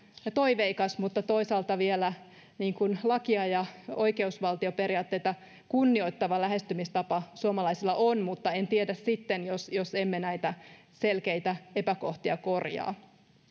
toiveikas mutta toisaalta vielä lakia ja oikeusvaltioperiaatteita kunnioittava lähestymistapa suomalaisilla on mutta en tiedä sitten jos jos emme näitä selkeitä epäkohtia korjaa